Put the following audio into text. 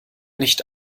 nicht